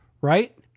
right